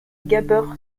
gabber